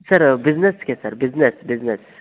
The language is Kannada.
ಸರ ಬಿಸ್ನೆಸ್ಗೆ ಸರ್ ಬಿಸ್ನೆಸ್ ಬಿಸ್ನೆಸ್